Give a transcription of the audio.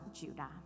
Judah